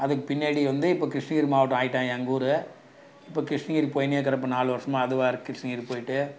அதுக்கு பின்னாடி வந்து இப்போ கிருஷ்ணகிரி மாவட்டம் ஆக்கிட்டாங்க எங்கூர் இப்போ கிருஷ்ணகிரி போய்ன்னே இருக்குறேன் இப்போ நாலு வருஷமாக அது வேற கிருஷ்ணகிரி போய்ட்டு